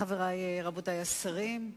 חברי, רבותי השרים,